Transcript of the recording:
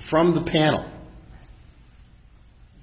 from the panel